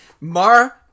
Mar